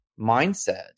mindset